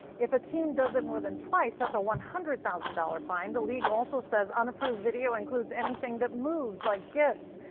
if a team does it more than twice, that's a one hundred thousand dollars fine. the league also says unapproved video includes anything that moves like gifs.